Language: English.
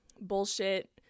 bullshit